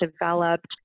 developed